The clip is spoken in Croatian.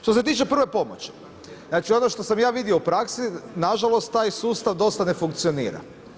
Što se tiče prve pomoći, znači ono što sam ja vidio u praksi nažalost taj sustav dosta ne funkcionira.